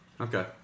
Okay